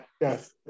Yes